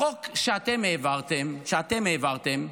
החוק שאתם העברתם, שאתם העברתם,